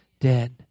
dead